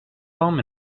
home